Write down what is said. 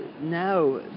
now